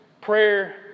prayer